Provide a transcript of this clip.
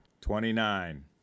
Twenty-nine